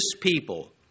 people